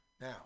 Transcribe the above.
Now